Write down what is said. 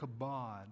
kabod